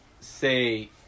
say